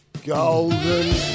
Golden